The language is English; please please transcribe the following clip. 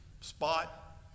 spot